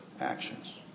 actions